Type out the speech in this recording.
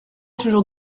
toujours